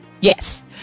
Yes